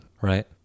right